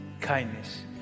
kindness